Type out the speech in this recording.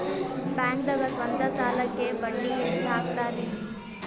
ಬ್ಯಾಂಕ್ದಾಗ ಸ್ವಂತ ಸಾಲಕ್ಕೆ ಬಡ್ಡಿ ಎಷ್ಟ್ ಹಕ್ತಾರಿ?